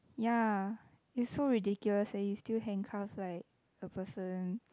ya it's so ridiculous that you still handcuff like a person